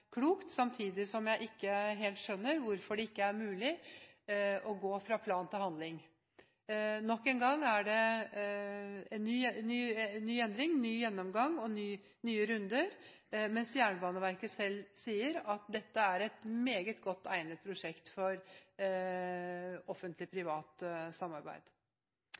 klokt, samtidig som jeg ikke helt skjønner hvorfor det ikke er mulig å gå fra plan til handling. Nok en gang er det ny endring, ny gjennomgang og nye runder, mens Jernbaneverket selv sier at dette er et prosjekt som er meget godt egnet for offentlig–privat samarbeid.